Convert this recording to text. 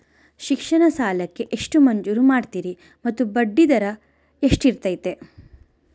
ಶಿಕ್ಷಣ ಸಾಲಕ್ಕೆ ಎಷ್ಟು ಮಂಜೂರು ಮಾಡ್ತೇರಿ ಮತ್ತು ಬಡ್ಡಿದರ ಎಷ್ಟಿರ್ತೈತೆ?